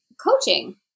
coaching